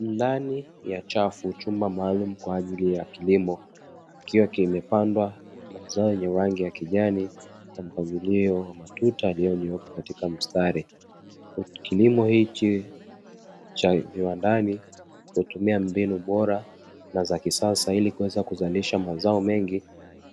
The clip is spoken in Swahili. Ndani ya chafu chumba maalumu kwa ajili ya kilimo kikiwa kimepandwa mazao ya rangi ya kijani kwa mpangilio wa matuta yaliyonyooka katika mstari. Huku kilimo hiki cha viwandani hutumia mbinu bora na za kisasa ili kuweza kuzalisha mazao mengi